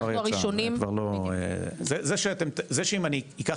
אנחנו הראשונים --- זה שאם אני אקח